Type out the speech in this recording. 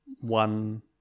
one